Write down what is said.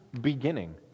beginning